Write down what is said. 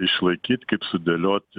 išlaikyt kaip sudėlioti